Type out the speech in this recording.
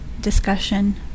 discussion